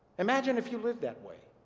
imagine if you lived that way.